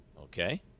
Okay